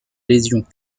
lésions